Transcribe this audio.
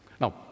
Now